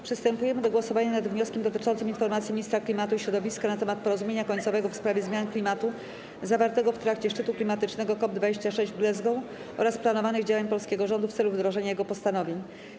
Przystępujemy do głosowania nad wnioskiem dotyczącym informacji Ministra Klimatu i Środowiska na temat porozumienia końcowego w sprawie zmian klimatu zawartego w trakcie szczytu klimatycznego COP26 w Glasgow oraz planowanych działań polskiego rządu w celu wdrożenia jego postanowień.